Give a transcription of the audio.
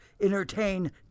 entertain